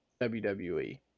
WWE